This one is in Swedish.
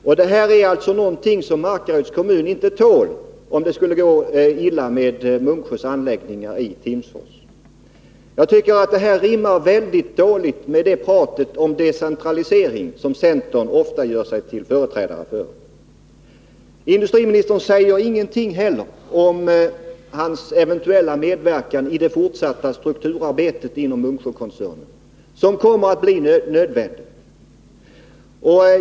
Markaryds kommun skulle inte tåla, att det går illa med Munksjös anläggningar i Timsfors. Jag tycker att det här rimmar väldigt dåligt med kravet på decentralisering, som centern ofta gör sig till företrädare för. Industriministern säger heller ingenting om sin eventuella medverkan i det fortsatta strukturarbetet inom Munksjökoncernen, som kommer att bli nödvändigt.